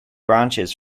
branches